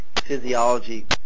physiology